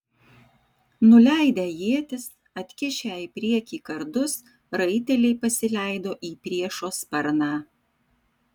nuleidę ietis atkišę į priekį kardus raiteliai pasileido į priešo sparną